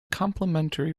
complimentary